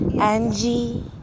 Angie